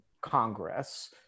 Congress